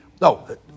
No